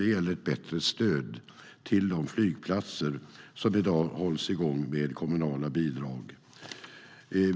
Det gäller ett bättre stöd till de flygplatser som i dag hålls igång med kommunala bidrag.